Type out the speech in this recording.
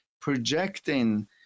projecting